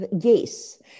Yes